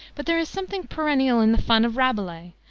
but there is something perennial in the fun of rabelais,